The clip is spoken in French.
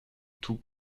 tout